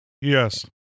yes